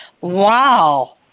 Wow